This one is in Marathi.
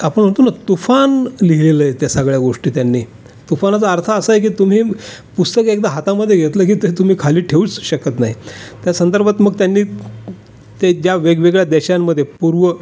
आपण म्हणतो ना तुफान लिहिलेलं आहे त्या सगळ्या गोष्टी त्यांनी तुफानाचा अर्थ असा आहे की तुम्ही पुस्तक एकदा हातामध्ये घेतलं की ते तुम्ही खाली ठेऊच शकत नाही त्यासंदर्भात मग त्यांनी ते ज्या वेगवेगळ्या देशांमध्ये पूर्व